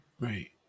Right